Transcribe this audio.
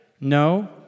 No